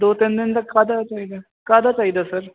ਦੋ ਤਿੰਨ ਦਿਨ ਦਾ ਕਾਹਦਾ ਚਾਹੀਦਾ ਕਾਹਦਾ ਚਾਹੀਦਾ ਸਰ